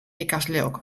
ikasleok